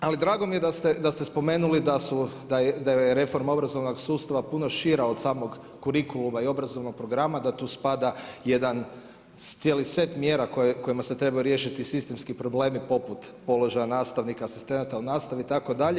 Ali drago mi je da ste spomenuli da je reforma obrazovnog sustava puno šira od samog kurikuluma i obrazovnog programa, da tu spada jedan cijeli set mjera kojima se trebaju riješiti sistemski problemi poput položaja nastavnika, asistenata u nastavi itd.